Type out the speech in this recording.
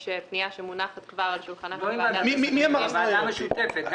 יש פנייה שמונחת כבר על שולחן ועדת הכספים.